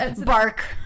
bark